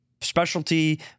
Specialty